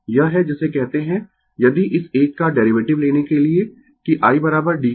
यह है जिसे कहते है यदि इस एक का डेरीवेटिव लेने के लिए कि i dq dt